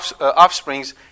offsprings